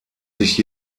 sich